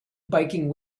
biking